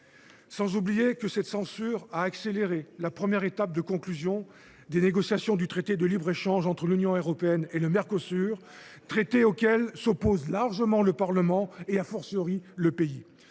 pas non plus que cette censure a accéléré la première étape de conclusion des négociations du traité de libre échange entre l’Union européenne et le Mercosur, un traité auquel s’opposent largement le Parlement et,, le pays.